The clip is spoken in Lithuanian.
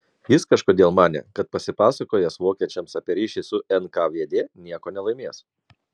jis kažkodėl manė kad pasipasakojęs vokiečiams apie ryšį su nkvd nieko nelaimės